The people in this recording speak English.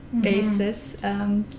basis